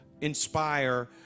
inspire